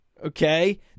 Okay